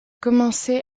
commencé